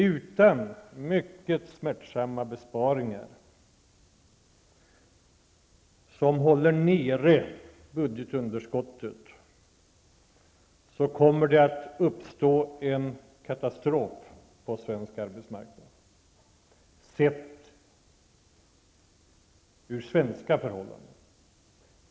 Utan mycket smärtsamma besparingar, som håller nere budgetunderskottet, kommer det att uppstå en katastrof på svensk arbetsmarknad, sett ur svenska förhållanden.